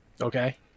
Okay